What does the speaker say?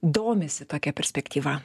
domisi tokia perspektyva